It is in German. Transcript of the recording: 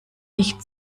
nicht